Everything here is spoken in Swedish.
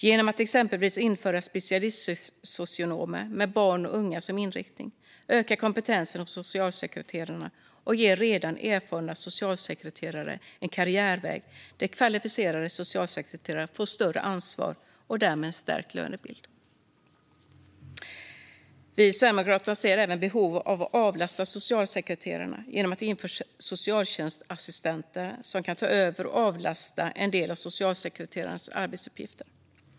Genom att man exempelvis inför specialistsocionomer med barn och unga som inriktning ökar man kompetensen hos socialsekreterarna och ger redan erfarna socialsekreterare en karriärväg där kvalificerade socialsekreterare får större ansvar och därmed en stärkt lönebild. Vi i Sverigedemokraterna ser även ett behov av att avlasta socialsekreterarna genom att det införs socialtjänstassistenter som kan ta över en del av socialsekreterarnas arbetsuppgifter och avlasta dessa.